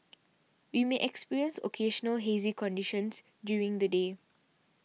we may experience occasional hazy conditions during the day